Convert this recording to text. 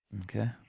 Okay